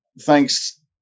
Thanks